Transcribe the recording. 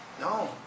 No